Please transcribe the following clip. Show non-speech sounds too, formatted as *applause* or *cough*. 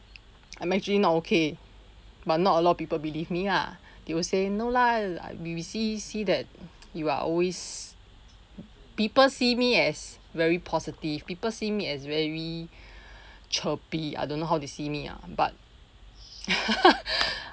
I'm actually not okay but not a lot of people believe me ah they will say no lah we see see that you are always people see me as very positive people see me as very chirpy I don't know how they see me ah but *laughs*